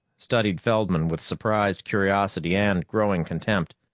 studied feldman with surprised curiosity and growing contempt,